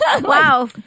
Wow